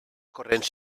corrents